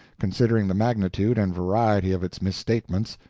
considering the magnitude and variety of its misstatements,